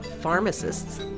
pharmacists